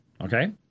Okay